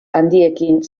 handiekin